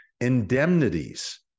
indemnities